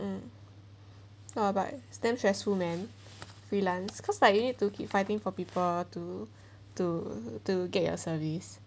um not but damn stressful man freelance cause like you need to keep fighting for people to to to get your service